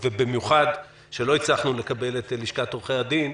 ובמיוחד כשלא הצלחנו לדבר עם נציגי לשכת עורכי הדין,